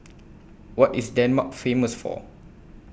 What IS Denmark Famous For